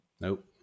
Nope